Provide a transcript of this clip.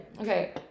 Okay